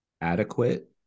adequate